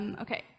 okay